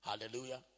Hallelujah